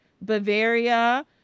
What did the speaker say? bavaria